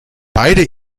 beide